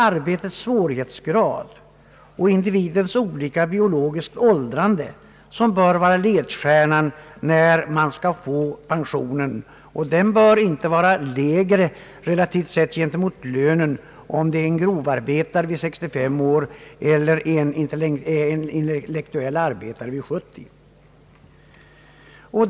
Arbetets svårighetsgrad och individens biologiska åldrande bör vara bestämmande för när pension skall börja utgå. Pensionen bör inte bli lägre relativt sett i förhållande till lönen för en grovarbetare, som går i pension vid 65 års ålder, än för en intellektuell arbetare som går vid 70 år.